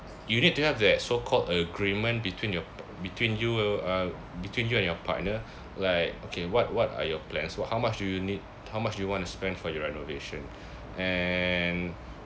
you need to have that so called agreement between your between you uh between you and your partner like okay what what are your plans what how much do you need how much you want to spend for your renovation and